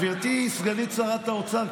גברתי סגנית שר האוצר,